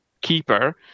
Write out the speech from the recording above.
keeper